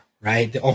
right